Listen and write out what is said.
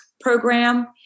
program